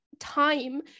time